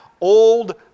old